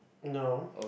no